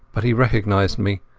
but he recognized me,